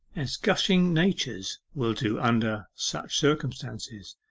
as gushing natures will do under such circumstances,